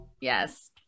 yes